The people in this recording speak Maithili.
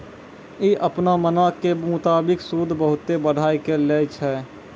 इ अपनो मनो के मुताबिक सूद बहुते बढ़ाय के लै छै